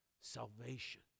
salvation